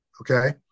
okay